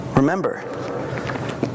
remember